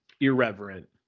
irreverent